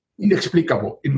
inexplicable